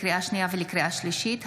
לקריאה שנייה ולקריאה שלישית,